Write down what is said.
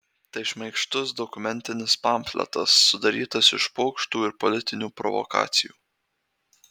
tai šmaikštus dokumentinis pamfletas sudarytas iš pokštų ir politinių provokacijų